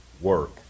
work